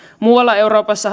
muualla euroopassa